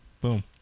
Boom